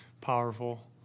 powerful